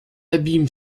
abîme